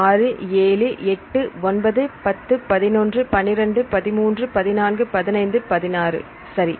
6 7 8 9 10 11 12 13 14 15 16 சரி